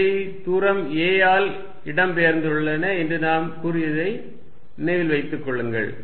இவை தூரம் a ஆல் இடம்பெயர்ந்துள்ளன என்று நாம் கூறியதை நினைவில் வைத்துக் கொள்ளுங்கள்